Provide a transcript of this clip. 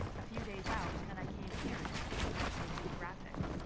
a few days out and i came here to speak at national geographic.